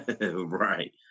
Right